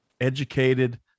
educated